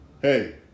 Hey